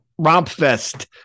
Rompfest